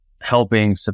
helping